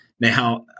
Now